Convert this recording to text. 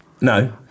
No